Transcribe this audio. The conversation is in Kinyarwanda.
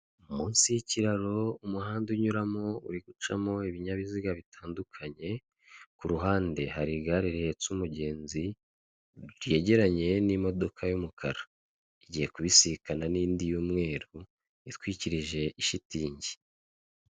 Munsi y'ikiraro umuhanda unyuramo uri gucamo ibinyabiziga bitandukanye, kuhande hari igare rihetse umugenzi ryegeranye n'imodoka y'umukara igiye kubisikana n'indi y'mweru itwikirije shitingi.